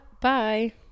Bye